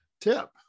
Tip